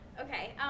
Okay